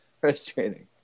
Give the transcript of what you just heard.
frustrating